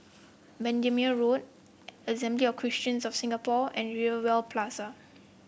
Bendemeer Road Assembly of Christians of Singapore and Rivervale Plaza